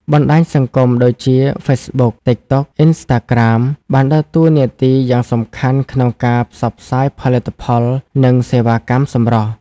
បណ្ដាញសង្គមដូចជា ហ្វេសបុក តីកតុក អុីនស្តាក្រាម បានដើរតួនាទីយ៉ាងសំខាន់ក្នុងការផ្សព្វផ្សាយផលិតផល និងសេវាកម្មសម្រស់។